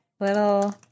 Little